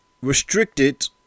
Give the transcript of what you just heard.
restricted